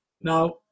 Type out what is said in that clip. Now